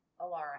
Alara